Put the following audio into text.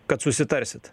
kad susitarsit